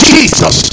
Jesus